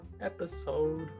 Episode